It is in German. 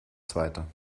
zweiter